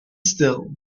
still